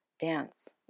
dance